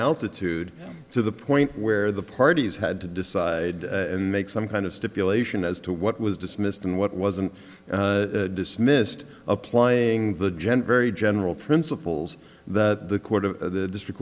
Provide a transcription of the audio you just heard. altitude to the point where the parties had to decide and make some kind of stipulation as to what was dismissed and what wasn't dismissed applying the gent very general principles the court of the district